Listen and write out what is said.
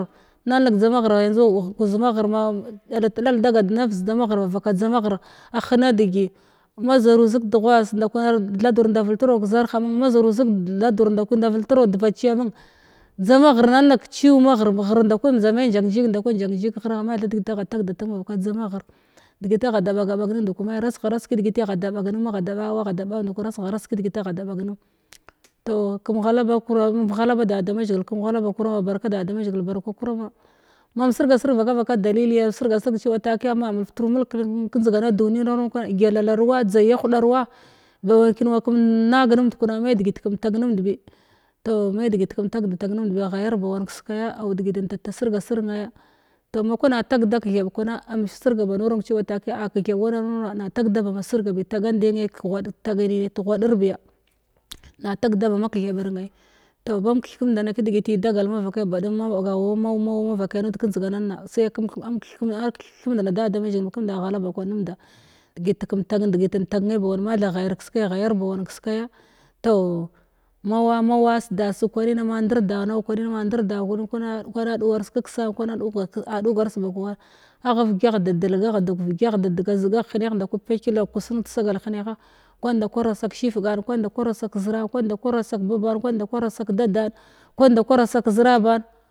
Nalneg kadzama gir yandzu ah kuz ma ghima dalet dalg dagat narz da maghr ba vaka dzama ghra a hena degli ma zaru zig deghuas nda kwa thadur inda vultran kazarha munn ma zaru zig thedur nda kwi inda vultra au dekazhiya ammman dzamaghr nalneg kaciw maghr ghr ndaku njda me njak njig nda ku nk jak njig ghra ma tha degit agha da tag da tag vaka dzama ghr degit agha da baga bugnin ndku ma’i rasgha raseg kadegit agha da bagen magha da bawa agha da baw ndakwa rasgha raseg kadegit agha da bagmenn toh kam ghala ba kura ghala ba da da mazhigil kamghala ba kuran ma barka kurama mam sirga sirg vaka vaka dalilga sirga sirg cewa takiya ma multru mulg ken kanjdigana duni na a mur kwana gyakk ruwa dzagya huduruwa ba waken kam nag numnd da kuran me degi kam tag numnd bi toh me degit it numnd me oth me degit it kam tag da tag numnd biya ghayar ba wan keskaya an degit inda sirga sirg naya toh ma kwoma tagda katheb kwana am sirga ba nuram cewa takiya a ketheb wana murama na tag da na ma sirgabi tagnande nai teghuad taga ni nai teghudir biya na tag da ba ma kethebir nai toh bam kethkam da nda kadegiti dagal mavakai ba duma ma-ma mau mava kai nud kanjdiganna sai ken cen keh keth kamndana da da mazhigila kamnda ghala ba kwan numnda degit ken degit in tah nai ba wan matha ghyar keskai thayar ba wan kes kaya toh ma wa mau wa sedaseg kwanin ma ndirda nau kwanim ma ndirda kwana duwar kaksa agha dev gyagh de chilgagh de deg zigagh heneh ndaku piky lakkas nud sagal kashifgan kwan nda kwa rasa kazir an kwan nda kwa rasa kaba ban kwan nda kwa rasa kadadn kwan nda kwa rasa kaziraban